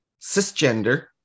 cisgender